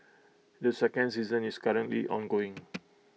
the second season is currently ongoing